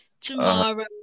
tomorrow